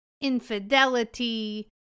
infidelity